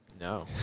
No